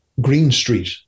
Greenstreet